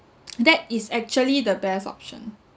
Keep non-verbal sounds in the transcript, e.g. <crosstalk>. <noise> that is actually the best option